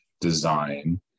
design